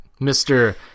Mr